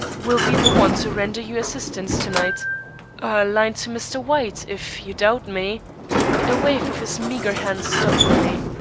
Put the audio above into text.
will be the one to render you assistance to-night. a line to mr. white, if you doubt me a wave of his meagre hand stopped me.